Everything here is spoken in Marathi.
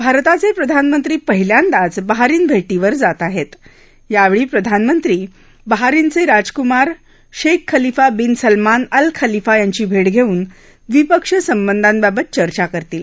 भारताच प्रधानमंत्री पहिल्यांदाच बहारिन भर्षीवर जात आहप्त यावर्षी प्रधानमंत्री बहारिनच राजकुमार Shaikh Khalifa bin Salman Al Khalifa यांची भट्ट घस्तिन द्विपक्षीय संबंधाबाबत चर्चा करतील